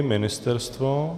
Ministerstvo?